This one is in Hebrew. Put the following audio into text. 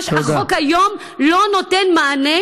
החוק היום לא נותן מענה,